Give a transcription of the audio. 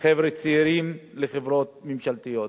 חבר'ה צעירים לחברות ממשלתיות.